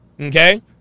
Okay